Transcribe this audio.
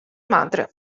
madre